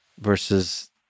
versus